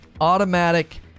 Automatic